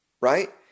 right